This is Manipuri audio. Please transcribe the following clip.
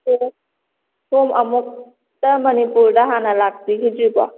ꯑꯣ ꯁꯣꯝ ꯑꯃꯨꯛꯇ ꯃꯅꯤꯄꯨꯔꯗ ꯍꯥꯟꯅ ꯂꯥꯛꯄꯤꯈꯤꯗ꯭ꯔꯤꯕꯣ